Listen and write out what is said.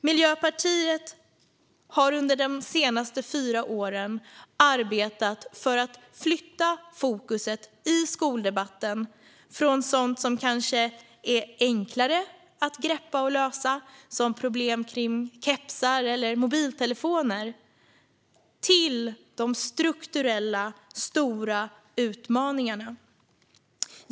Miljöpartiet har under de senaste fyra åren arbetat för att flytta fokuset i skoldebatten från sådant som kanske är enklare att greppa och lösa, som problem när det gäller kepsar eller mobiltelefoner, till de strukturella, stora utmaningarna.